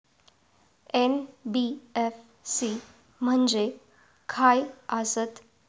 NBFC म्हणजे खाय आसत?